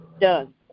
done